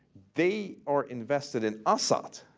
they are invested in assad.